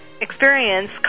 experience